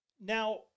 Now